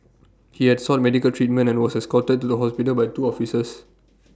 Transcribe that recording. he had sought medical treatment and was escorted to the hospital by two officers